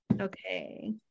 Okay